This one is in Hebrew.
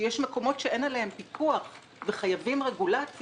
שיש מקומות שאין עליהם פיקוח וחייבים רגולציה.